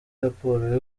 raporo